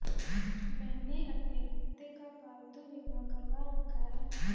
मैंने अपने कुत्ते का पालतू बीमा करवा रखा है